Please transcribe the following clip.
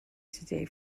today